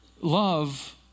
love